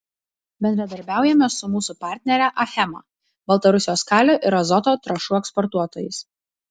bendradarbiaujame su mūsų partnere achema baltarusijos kalio ir azoto trąšų eksportuotojais